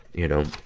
you know,